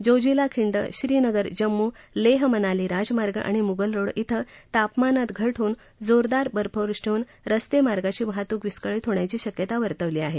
जोजिला खिंड श्रीनगर जम्मू लेह मनाली राजमार्ग आणि मुगल रोड क्षे तापमानात घट होऊन जोरदार बर्फवृष्टी होऊन रस्ते मार्गाची वाहतूक विस्कळीत होण्याची शक्यता वर्तवली आहे